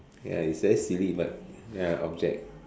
ya it's very silly but ya object